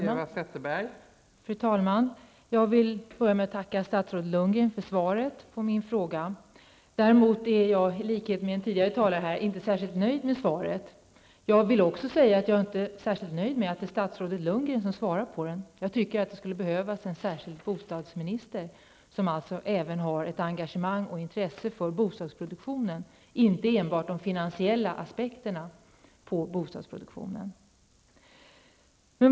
Fru talman! Jag börjar med att tacka statsrådet Bo Lundgren för svaret på min fråga. Men jag måste säga att jag i likhet med en tidigare talare här inte är särskilt nöjd. Jag vill också säga att jag inte är speciellt nöjd med att det är statsrådet Lundgren som svarar på min fråga. Det skulle behövas en särskild bostadsminister, som har ett engagemang och ett intresse för bostadsproduktionen -- alltså inte enbart för de finansiella aspekterna i detta sammanhang.